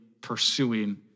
pursuing